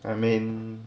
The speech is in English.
I mean